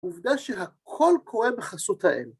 עובדה שהכל קורה בחסות האל.